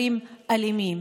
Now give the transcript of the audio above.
דהיינו,